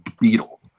beetle